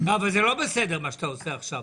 זה לא בסדר מה שאתה עושה עכשיו.